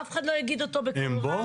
אף אחד לא יגיד אותו בקול רם.